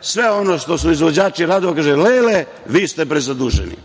sve ono što su izvođači radova, kaže – lele, vi ste prezaduženi,